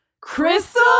Crystal